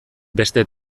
beste